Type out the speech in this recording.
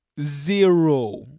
Zero